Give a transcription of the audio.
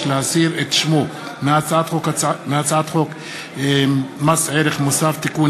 להסיר את שמו מהצעת חוק מס ערך מוסף (תיקון,